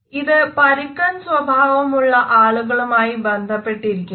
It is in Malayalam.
ഇത് പരുക്കൻ സ്വാഭാവമുള്ള ആളുകളുമായി ബന്ധപ്പെട്ടിരിക്കുന്നു